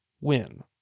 win